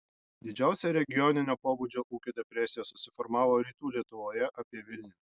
didžiausia regioninio pobūdžio ūkio depresija susiformavo rytų lietuvoje apie vilnių